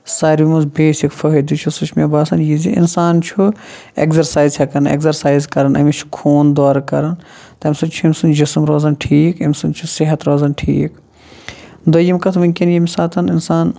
ساروٕے منٛز بیسِک فٲیدٕ چھُ سُہ چھُ مےٚ باسان یہِ زِ اِنسان چھُ ایٚکزسایز ہیٚکان ایٚکزسایز کران أمِس چھُ خوٗن دورٕ کران تَمہِ سۭتۍ چھُ أمۍ سُنٛد جِسم روزان ٹھیٖک امہِ سۭتۍ چھُ صحت روزان ٹھیٖک دۄیم کَتھ ونکیٚن ییٚمہِ ساتہٕ اِنسان